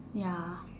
ya